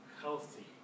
healthy